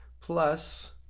plus